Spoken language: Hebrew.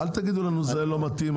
אל תגידו לנו זה לא מתאים,